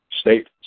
state